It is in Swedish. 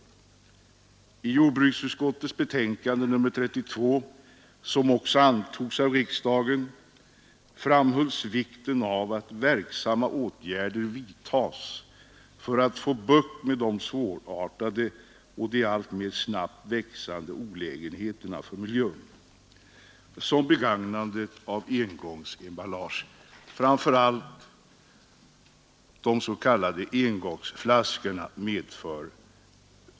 I jordbruksutskottets betänkande nr 32, som också antogs av riksdagen, framhölls vikten av att ”verksamma åtgärder vidtas för att få bukt med de svårartade och allt snabbare växande olägenheter för miljön som begagnandet av engångsemballage, framför allt de s.k. engångsflaskorna, medför”.